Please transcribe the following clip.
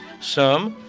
some,